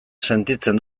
sentitzen